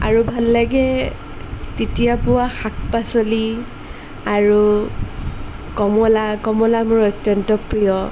আৰু ভাল লাগে তেতিয়া পোৱা শাক পাচলি আৰু কমলা কমলা মোৰ অত্যন্ত প্ৰিয়